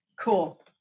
Cool